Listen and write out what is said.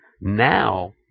now